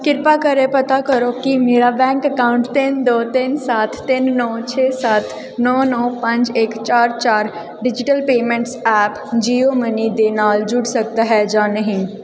ਕਿਰਪਾ ਕਰਕੇ ਪਤਾ ਕਰੋ ਕਿ ਮੇਰਾ ਬੈਂਕ ਅਕਾਊਂਟ ਤਿੰਨ ਦੋ ਤਿੰਨ ਸੱਤ ਤਿੰਨ ਨੌਂ ਛੇ ਸੱਤ ਨੌਂ ਨੌਂ ਪੰਜ ਇੱਕ ਚਾਰ ਚਾਰ ਡਿਜਿਟਲ ਪੇਮੈਂਟਸ ਐਪ ਜੀਓਮਨੀ ਦੇ ਨਾਲ ਜੁੜ ਸਕਦਾ ਹੈ ਜਾਂ ਨਹੀਂ